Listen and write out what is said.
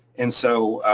and so